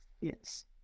yes